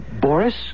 Boris